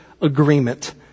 agreement